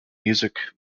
music